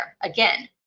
again